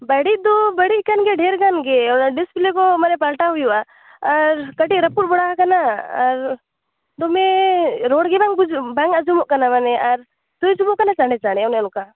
ᱵᱟᱹᱲᱤᱡ ᱫᱚ ᱵᱟᱹᱲᱤᱡ ᱟᱠᱟᱱ ᱜᱮᱭᱟ ᱰᱷᱮᱨ ᱜᱟᱱ ᱜᱮ ᱚᱱᱟ ᱰᱤᱥᱯᱮᱞᱮ ᱠᱚ ᱢᱟᱱᱮ ᱯᱟᱞᱴᱟᱣ ᱦᱩᱭᱩᱜᱼᱟ ᱟᱨ ᱠᱟᱹᱴᱤᱡ ᱨᱟᱹᱯᱩᱫ ᱵᱟᱲᱟ ᱟᱠᱟᱱᱟ ᱟᱨ ᱫᱚᱢᱮ ᱨᱚᱲ ᱜᱮ ᱵᱟᱝ ᱵᱩᱡᱩᱜ ᱵᱟᱝ ᱟᱸᱡᱚᱢᱚᱜ ᱠᱟᱱᱟ ᱢᱟᱱᱮ ᱟᱨ ᱥᱩᱭᱤᱡ ᱚᱯᱚᱜ ᱠᱟᱱᱟ ᱪᱟᱲᱮ ᱪᱟᱲᱮ ᱚᱱᱮ ᱚᱱᱠᱟ